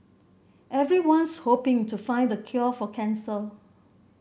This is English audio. everyone's hoping to find the cure for cancer